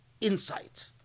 insight